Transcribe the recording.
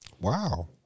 Wow